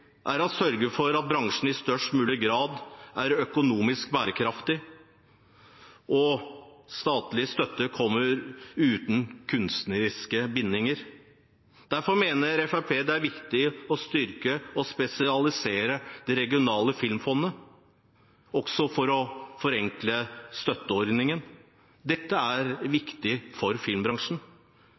er å sørge for at bransjen i størst mulig grad er økonomisk bærekraftig og at statlig støtte kommer uten kunstneriske bindinger. Derfor mener Fremskrittspartiet det er viktig å styrke og spesialisere de regionale filmfondene, også for å forenkle støtteordningen. Dette er viktig for filmbransjen.